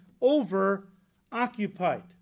over-occupied